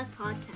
podcast